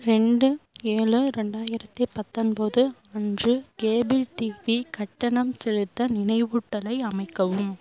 ரெண்டு ஏழு ரெண்டாயிரத்தி பத்தொன்போது அன்று கேபிள் டிவி கட்டணம் செலுத்த நினைவூட்டலை அமைக்கவும்